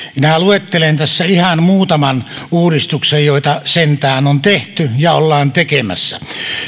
minä luettelen tässä ihan muutaman uudistuksen joita sentään on tehty ja ollaan tekemässä